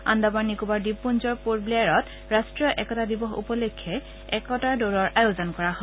আন্দামান নিকোবৰ দ্বীপপুঞ্জৰ পৰ্টৱেয়াৰত ৰাট্টীয় একতা দিৱস উপলক্ষে একতাৰ দৌৰৰ আয়োজন কৰা হয়